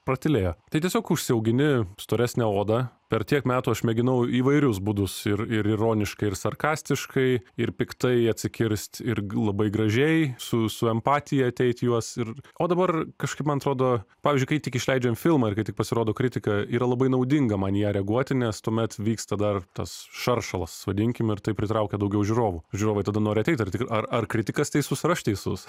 pratylėjo tai tiesiog užsiaugini storesnę odą per tiek metų aš mėginau įvairius būdus ir ironiškai ir sarkastiškai ir piktai atsikirsti ir labai gražiai su su empatija ateit į juos ir o dabar kažkaip man atrodo pavyzdžiui kai tik išleidžiam filmą ir kai tik pasirodo kritika yra labai naudinga man į ją reaguoti nes tuomet vyksta dar tas šaršalas vadinkim ir taip pritraukia daugiau žiūrovų ir žiūrovai tada nori ateit ar tik ar ar kritikas teisus ar aš teisus